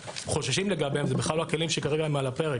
חוששים לגביהם זה בכלל לא הכלים שכרגע הם על הפרק.